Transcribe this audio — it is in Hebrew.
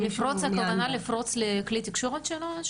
לפרוץ הכוונה לפרוץ לכלי תקשורת שלה?